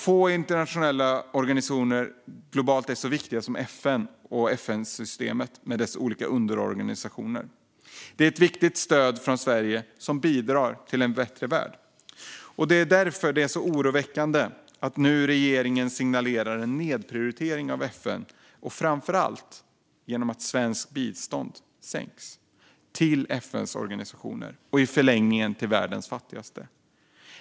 Få internationella organisationer globalt är så viktiga som FN och FN-systemet med dess olika underorganisationer. Det är ett viktigt stöd från Sverige som bidrar till en bättre värld. Det är därför det är så oroväckande att regeringen nu signalerar en nedprioritering av FN, framför allt genom att svenskt bistånd sänks till FN:s organisationer och i förlängningen till världens fattigaste.